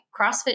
CrossFit